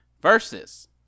versus